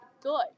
good